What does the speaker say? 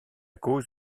cause